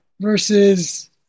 versus